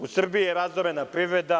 U Srbiji je razorena privreda.